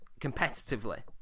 competitively